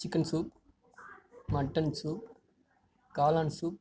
chicken soup mutton soup காளான் soup